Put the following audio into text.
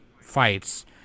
fights